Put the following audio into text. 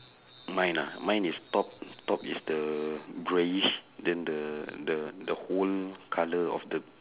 mine ah mine is top top is the greyish then the the whole colour of the